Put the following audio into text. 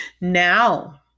now